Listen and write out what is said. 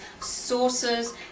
sauces